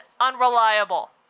Unreliable